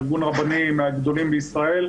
ארגון רבני מהגדולים בישראל,